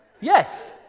Yes